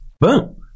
boom